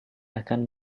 akan